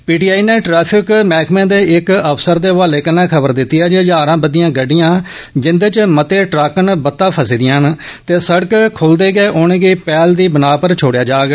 PTI नै traffic मैह्कमें दे इक अफसर दे हवाले कन्नै खबर दित्ती ऐ जे हजारें बद्दे गड्डियां जिन्दे च मते ट्रक न बत्ता फसे दे न ते शिड़क खुलदे गै उनेंगी पैहल दी बिनाह पर छोड़ेआ जाग